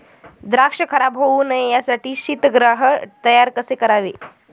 द्राक्ष खराब होऊ नये यासाठी शीतगृह तयार कसे करावे?